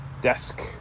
desk